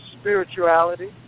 spirituality